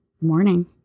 morning